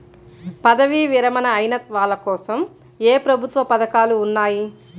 పదవీ విరమణ అయిన వాళ్లకోసం ఏ ప్రభుత్వ పథకాలు ఉన్నాయి?